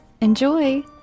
Enjoy